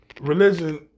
religion